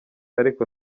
ariko